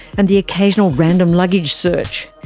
and the occasional random luggage search.